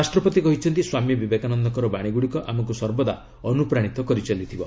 ରାଷ୍ଟ୍ରପତି କହିଛନ୍ତି ସ୍ୱାମୀ ବିବେକାନନ୍ଦଙ୍କର ବାଣୀଗୁଡ଼ିକ ଆମକୁ ସର୍ବଦା ଅନୁପ୍ରାଣିତ କରିଚାଲିଥିବ